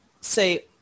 say